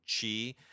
Chi